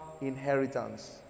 inheritance